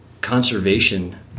conservation